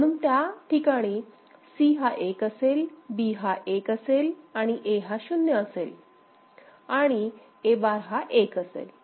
म्हणून त्या ठिकाणी C हा 1 असेल B हा 1 असेल A हा 0 असेल आणि A बार हा 1 असेल